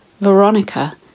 Veronica